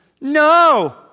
no